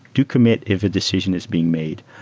do commit if a decision is being made,